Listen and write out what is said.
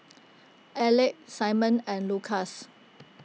Alek Simon and Lucas